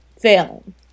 failing